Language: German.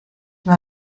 nur